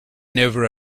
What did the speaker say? never